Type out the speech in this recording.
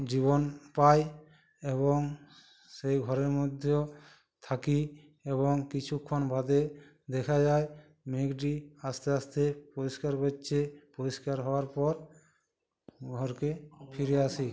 জীবন পাই এবং সেই ঘরের মধ্যেও থাকি এবং কিছুক্ষণ বাদে দেখা যায় মেঘটি আস্তে আস্তে পরিষ্কার হচ্ছে পরিষ্কার হওয়ার পর ঘরকে ফিরে আসি